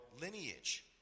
lineage